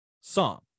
song